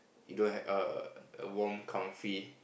you don't have err a warm comfy